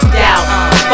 doubt